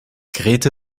grete